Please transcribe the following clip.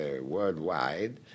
worldwide